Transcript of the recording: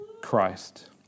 Christ